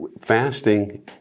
Fasting